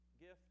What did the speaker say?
gift